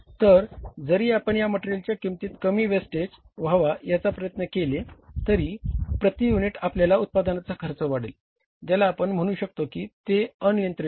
तर जरी आपण त्या मटेरिअलचा कमीत कमी वेस्टेज व्हावा याचा प्रयत्न केला तरी प्रति युनिट आपल्या उत्पादनाचा खर्च वाढेल ज्याला आपण म्हणू शकतो की ते अनियंत्रित आहेत